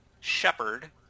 Shepherd